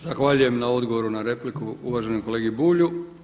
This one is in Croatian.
Zahvaljujem na odgovoru na repliku uvaženom kolegi Bulju.